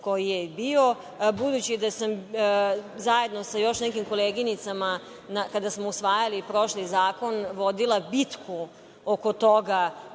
koji je bio. Budući da sam zajedno sa još nekim koleginicama, kada smo usvajali prošli zakon, vodila bitku oko toga